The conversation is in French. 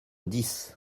dix